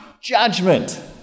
judgment